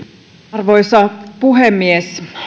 arvoisa puhemies